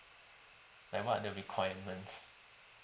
like what are the requirements